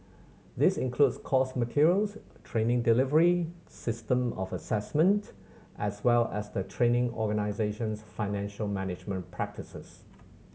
this includes course materials training delivery system of assessment as well as the training organisation's financial management practices